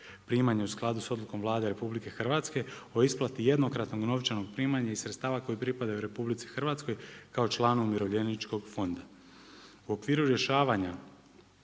primanja u skladu sa Odlukom Vlade RH o isplati jednokratnog novčanog primanja iz sredstava koji pripadaju RH kao članu umirovljeničkog fonda. U okviru rješavanja